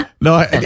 no